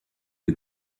the